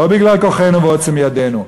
לא בגלל כוחנו ועוצם ידנו,